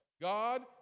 God